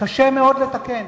קשה מאוד לתקן,